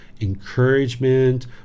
encouragement